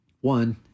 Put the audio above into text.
One